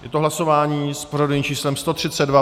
Je to hlasování s pořadovým číslem 132.